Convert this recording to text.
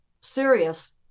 serious